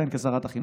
תודה לשר עודד פורר.